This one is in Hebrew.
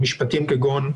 משפטים כגון: